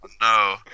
No